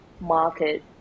market